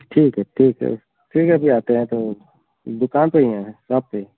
ठीक है ठीक है ठीक है फिर अभी आते हैं तो दुकान पर ही है शॉप पर